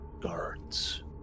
guards